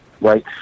right